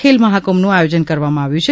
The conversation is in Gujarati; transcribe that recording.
ખેલ મહાકુંભનું આયોજન કરવામાં આવેલ છે